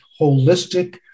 holistic